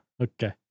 okay